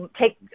take